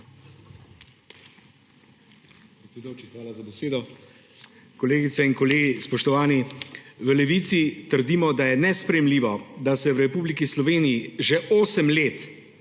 hvala za besedo.